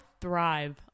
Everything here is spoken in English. thrive